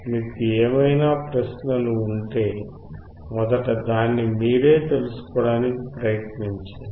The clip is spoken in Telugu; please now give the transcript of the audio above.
మీకు ఏవైనా ప్రశ్నలు ఉంటే మొదట దాన్ని మీరే తెలుసుకోవడానికి ప్రయత్నించండి